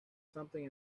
something